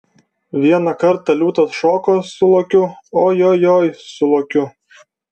vieną kartą liūtas šoko su lokiu ojojoi su lokiu